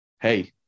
hey